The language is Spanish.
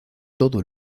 todo